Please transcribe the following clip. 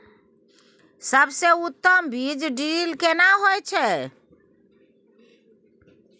सबसे उत्तम बीज ड्रिल केना होए छै?